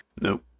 Nope